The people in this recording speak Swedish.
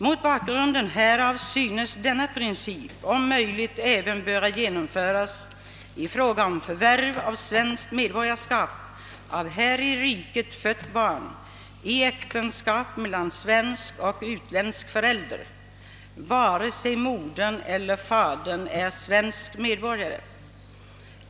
Mot bakgrunden härav synes denna princip om möjligt även böra genomföras i fråga om förvärv av svenskt medborgarskap av här i riket fött barn i äktenskap mellan svensk och utländsk förälder vare sig modern eller fadern är svensk medborgare.